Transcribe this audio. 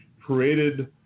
created